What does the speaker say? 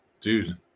Dude